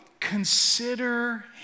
Consider